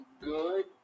good